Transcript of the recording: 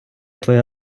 твоя